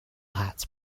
hats